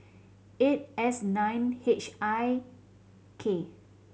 eight S nine H I K